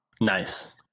Nice